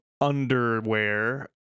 underwear